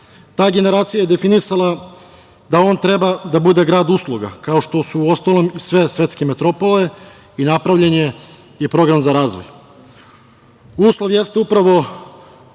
generacija je definisala da on treba da bude grad usluga, kao što su, uostalom, i sve svetske metropole i napravljen je i program za razvoj. Uslov jeste upravo